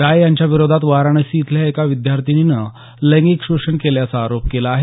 राय यांच्याविरोधात वाराणसी इथल्या एका विद्यार्थिनीचं लैंगिक शोषण केल्याचा आरोप आहे